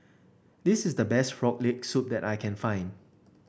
this is the best Frog Leg Soup that I can find